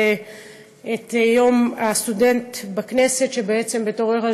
את יום הסטודנט בכנסת בתור יושבת-ראש